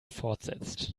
fortsetzt